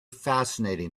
fascinating